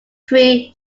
three